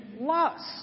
lust